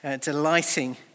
delighting